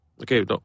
Okay